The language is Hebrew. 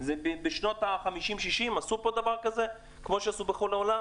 בשנות ה-60-50 עשו פה דבר כזה כמו שעשו בכל העולם.